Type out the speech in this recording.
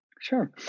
Sure